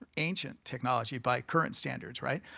ancient technology by current standards, right?